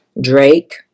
Drake